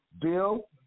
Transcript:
Bill